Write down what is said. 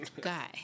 guy